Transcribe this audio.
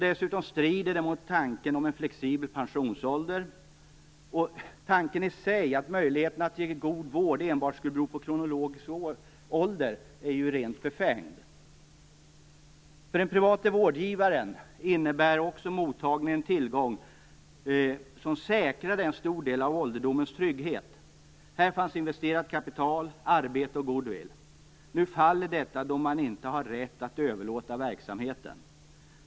Dessutom strider det mot tanken på en flexibel pensionsålder, och tanken att möjligheterna till en god vård enbart skulle bero på läkarens ålder är ju rent befängd. För den private vårdgivaren innebar också mottagningen en tillgång som säkrade en stor del av ålderdomens trygghet. Här fanns investerat kapital, arbete och goodwill. Nu faller detta då han inte har rätt att överlåta verksamheten.